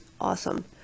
awesome